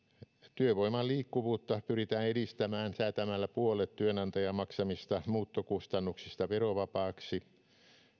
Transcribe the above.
työvoiman liikkuvuutta pyritään edistämään säätämällä puolet työnantajan maksamista muuttokustannuksista verovapaaksi